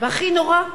והכי נורא,